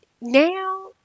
now